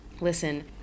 Listen